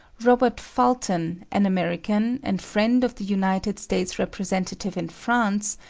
robert fulton, an american, and friend of the united states representative in france,